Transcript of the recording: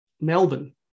Melbourne